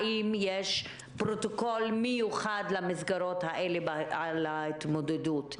האם יש פרוטוקול מיוחד למסגרות האלה להתמודדות?